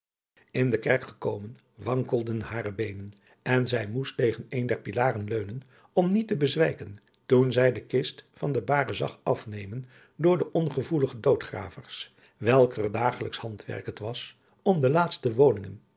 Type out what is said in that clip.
in de kerk gekomen wankelden hare beenen en zij moest tegen een der pilaren leunen om niet te bezwijken toen zij de kist van de bare zag afnemen door de ongevoelige doodgravers welker dagelijks handwerk het was om de laatste woningen